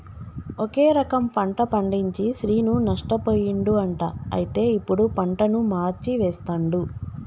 ఒకే రకం పంట పండించి శ్రీను నష్టపోయిండు అంట అయితే ఇప్పుడు పంటను మార్చి వేస్తండు